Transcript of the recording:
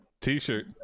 T-shirt